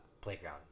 playground